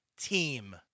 team